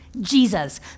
Jesus